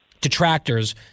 detractors